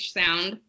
sound